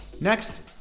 Next